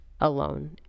alone